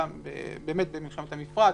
במלחמת המפרץ,